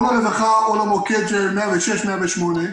או לרווחה או למוקד של 106 או 108,